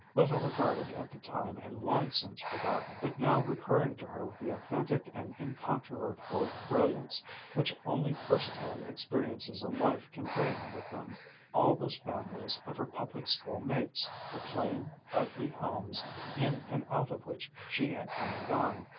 little regarded at the time and long since forgotten, but now recurring to her with the authentic and uncontrovertible brilliance which only firsthand experiences in life can bring with them all those families of her public-school mates, the plain, ugly homes in and out of which she had come and gone,